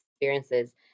experiences